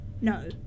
No